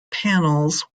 panels